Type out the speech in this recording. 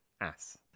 ass